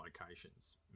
locations